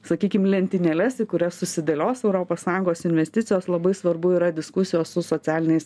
sakykim lentynėles į kurias susidėlios europos sąjungos investicijos labai svarbu yra diskusijos su socialiniais